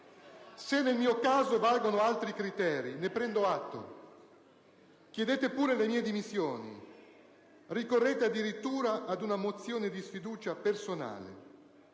Se nel mio caso valgono altri criteri, ne prendo atto. Chiedete pure le mie dimissioni; ricorrete addirittura ad una mozione di sfiducia personale.